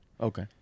Okay